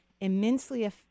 immensely